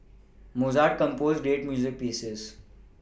Mozart composed great music pieces